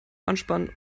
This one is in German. anspannen